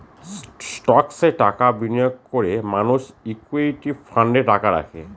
স্টকসে টাকা বিনিয়োগ করে মানুষ ইকুইটি ফান্ডে টাকা রাখে